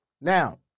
now